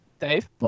Dave